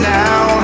now